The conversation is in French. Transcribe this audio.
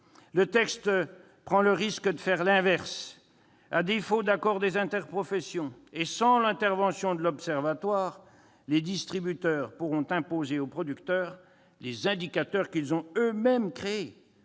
Le texte prend le risque de faire l'inverse. À défaut d'accord des interprofessions et sans l'intervention de l'Observatoire de la formation des prix et des marges, les distributeurs pourront imposer aux producteurs les indicateurs qu'ils auront eux-mêmes créés,